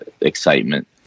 excitement